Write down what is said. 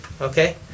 okay